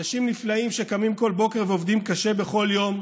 אנשים נפלאים שקמים בכל בוקר ועובדים קשה בכל יום,